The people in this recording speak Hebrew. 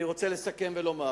אני רוצה לסכם ולומר: